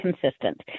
consistent